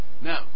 Now